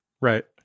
right